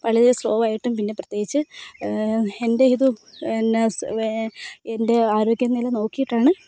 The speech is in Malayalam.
വളരെ സ്ലോവായിട്ടും പിന്നെ പ്രത്യേകിച്ച് എൻ്റെ ഇതും പിന്നെ എൻ്റെ ആരോഗ്യനില നോക്കിയിട്ടാണ്